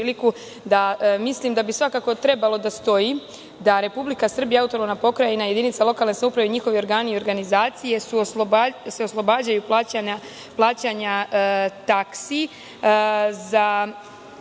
mislim da bi svakako trebalo da stoji da - Republika Srbija i autonomnka pokrajina i jedinica lokalne samouprave i njihovi organi i organzacije, se oslobađaju plaćanja taksi za